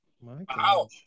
Wow